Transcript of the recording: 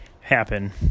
happen